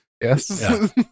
yes